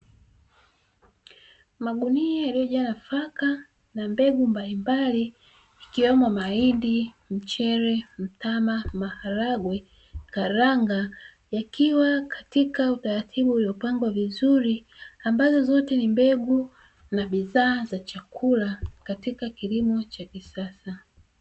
Magunia yalioyojaa nafaka na mbegu mbalimbali yakiwemo mahindi, mchele, mtama, maharagwe, karanga yakiwa katika utaratibu uliopangwa vizuri ambazo zote ni mbegu na bidhaa za chakula katika kilimo cha kisasa.